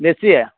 देसी है